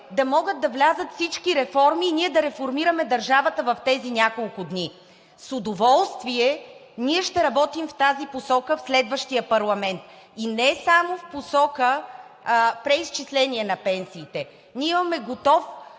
да могат да влязат всички реформи и ние да реформираме държавата в тези няколко дни. С удоволствие ще работим в тази посока в следващия парламент, а и не само в посока преизчисление на пенсиите, ние имаме готови